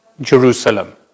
Jerusalem